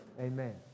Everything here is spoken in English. Amen